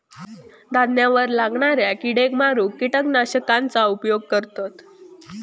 धान्यावर लागणाऱ्या किडेक मारूक किटकनाशकांचा उपयोग करतत